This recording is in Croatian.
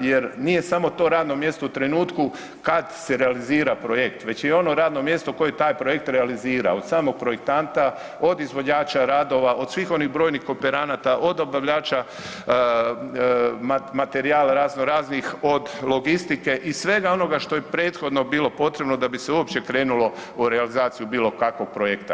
jer nije samo to radno mjesto u trenutku kad se realizira projekt, već je i ono radno mjesto koje taj projekt realizirao od samog projektanta, od izvođača radova, od svih onih brojnih kooperanata, od dobavljača materijala raznoraznih, od logistike i svega onoga što je prethodno bilo potrebno da bi se uopće krenulo u realizaciju bilo kakvog projekta.